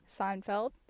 Seinfeld